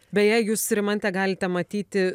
beje jūs rimantę galite matyti